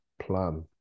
plan